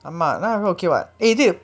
ஆமா:aamaa okay [what] eh இது:ithu